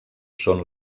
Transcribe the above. són